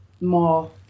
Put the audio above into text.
more